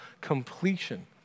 completion